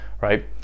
right